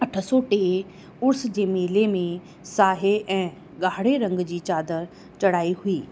अठ सौ टे उर्स जे मेले में साहे ऐं गाढ़े रंग जी चादर चढ़ाई हुई